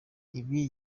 ibi